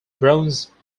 bronze